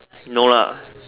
no lah